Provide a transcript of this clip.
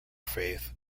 faith